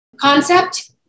concept